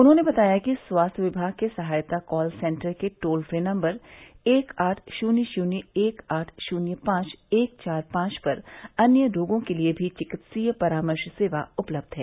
उन्होंने बताया कि स्वास्थ्य विभाग के सहायता कॉल सेन्टर के टोल फ्री नम्बर एक आठ शून्य शून्य एक आठ शून्य पांच एक चार पांच पर अन्य रोगों के लिए भी चिकित्सीय परामर्श सेवा उपलब्ध है